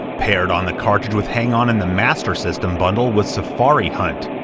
paired on the cartridge with hang-on in the master system bundle was safari hunt,